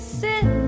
sit